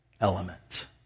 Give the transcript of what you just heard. element